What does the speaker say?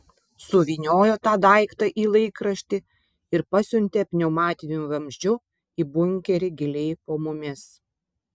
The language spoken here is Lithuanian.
suvyniojo tą daiktą į laikraštį ir pasiuntė pneumatiniu vamzdžiu į bunkerį giliai po mumis